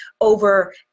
over